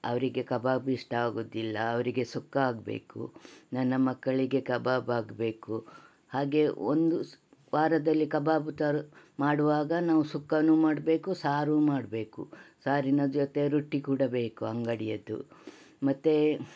ಅವರಿಗೆ ಕಬಾಬ್ ಇಷ್ಟ ಆಗೋದಿಲ್ಲ ಅವರಿಗೆ ಸುಕ್ಕ ಆಗಬೇಕು ನನ್ನ ಮಕ್ಕಳಿಗೆ ಕಬಾಬ್ ಆಗಬೇಕು ಹಾಗೆ ಒಂದು ಸು ವಾರದಲ್ಲಿ ಕಬಾಬ್ ತರೋ ಮಾಡುವಾಗ ನಾವು ಸುಕ್ಕಾನು ಮಾಡಬೇಕು ಸಾರು ಮಾಡಬೇಕು ಸಾರಿನ ಜೊತೆ ರೊಟ್ಟಿ ಕೂಡ ಬೇಕು ಅಂಗಡಿಯದ್ದು ಮತ್ತು